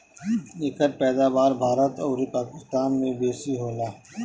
एकर पैदावार भारत अउरी पाकिस्तान में बेसी होला